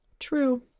True